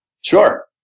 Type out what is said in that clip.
Sure